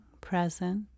present